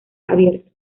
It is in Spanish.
abierto